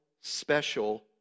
special